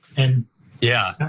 and yeah.